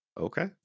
okay